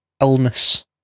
illness